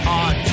on